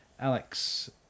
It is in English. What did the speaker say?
Alex